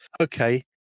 okay